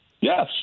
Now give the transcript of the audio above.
Yes